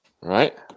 Right